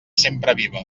sempreviva